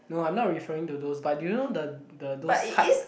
no I'm not referring to those but do you know the the those hype